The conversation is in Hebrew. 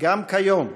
וגם כיום,